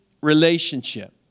relationship